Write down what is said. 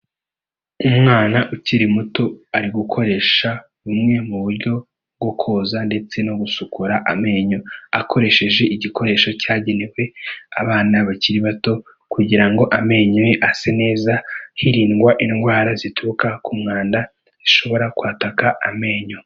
Umwana ukiri muto ari gukoresha bumwe mu buryo bwo koza ndetse no gusukura amenyo, akoresheje igikoresho cyagenewe abana bakiri bato, kugira amenyo ye asa neza hirindwa indwara zituruka ku mwanda zishobora kwataka amenyo.